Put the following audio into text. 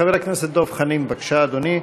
חבר הכנסת דב חנין, בבקשה, אדוני.